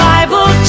Bible